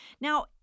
Now